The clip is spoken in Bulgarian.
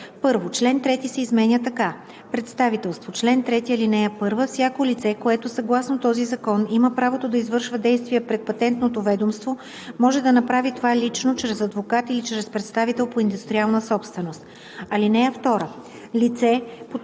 1. Член 5 се изменя така: „Представителство Чл. 5. (1) Всяко лице, което съгласно този закон има правото да извършва действия пред Патентното ведомство, може да направи това лично, чрез адвокат или чрез представител по индустриална собственост. (2) Лице